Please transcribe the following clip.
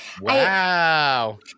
Wow